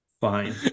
Fine